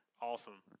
Awesome